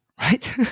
right